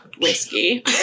whiskey